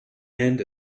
and